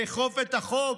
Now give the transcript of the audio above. לאכוף את החוק,